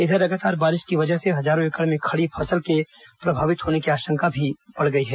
इधर लगातार बारिश की वजह से हजारों एकड़ में खड़ी फसल के प्रभावित होने की आशंका भी बढ़ गई है